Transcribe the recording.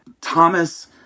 Thomas